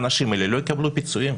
האנשים האלה לא יקבלו פיצויים.